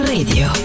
Radio